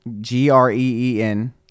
G-R-E-E-N